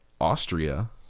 Austria